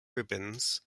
ribbons